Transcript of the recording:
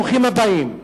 ברוכים הבאים.